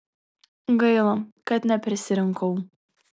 gaila kad neprisirinkau